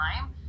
time